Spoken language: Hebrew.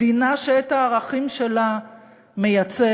מדינה שאת הערכים שלה מייצג